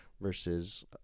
versus